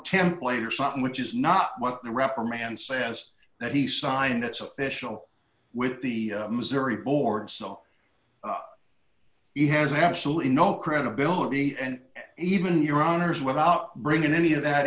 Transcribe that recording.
template or something which is not what the reprimand says that he signed it's official with the missouri board so he has absolutely no credibility and even your honors without bringing any of that